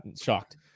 Shocked